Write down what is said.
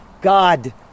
God